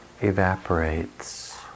evaporates